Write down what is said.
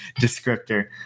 descriptor